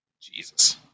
Jesus